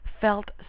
felt